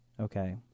okay